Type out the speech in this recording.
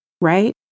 right